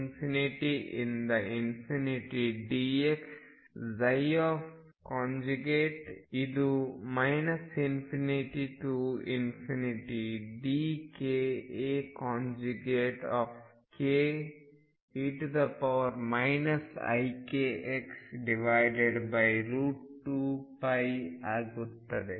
−∞ ಇಂದ dx ಇದು ∞ to dkAke ikx 2π ಆಗುತ್ತದೆ